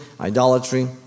idolatry